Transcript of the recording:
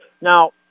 Now